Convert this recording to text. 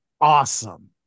awesome